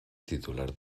titular